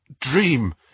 Dream